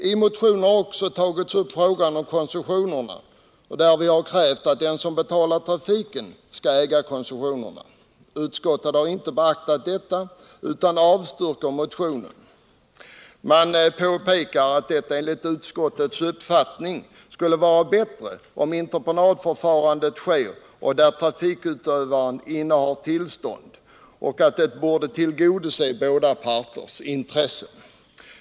I motionen har vi också tagit upp frågan om koncessionen och krävt att den som betalar trafiken skall äga den. Utskottet har inte beaktat detta utan avstyrker motionen i den delen. Man påpekar att det enligt utskottets uppfattning skulle vara bättre med entreprenadförfarande där trafikutövaren innehar tillståndet och att det borde tillgodose båda parters intressen.